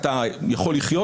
אתה בעצם נותן פתח.